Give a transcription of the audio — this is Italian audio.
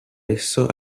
esso